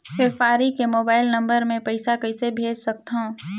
व्यापारी के mobile number मे पईसा कइसे भेज सकथव?